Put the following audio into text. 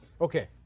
Okay